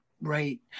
right